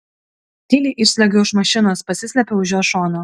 tyliai išsliuogiau iš mašinos pasislėpiau už jos šono